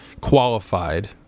qualified